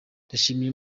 ndashimira